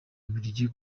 bubiligi